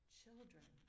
children